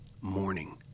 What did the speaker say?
morning